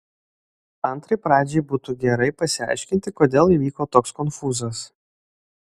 antrai pradžiai būtų gerai pasiaiškinti kodėl įvyko toks konfūzas